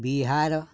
Bihar